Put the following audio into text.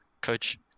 coach